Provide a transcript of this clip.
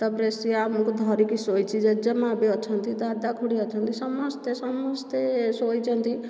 ତାପରେ ସେ ଆମକୁ ଧରିକି ସୋଇଛି ଜେଜେମା ଭି ଅଛନ୍ତି ଦାଦା ଖୁଡ଼ି ଭି ଅଛନ୍ତି ସମସ୍ତେ ସମସ୍ତେ ଶୋଇଛନ୍ତି